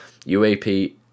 UAP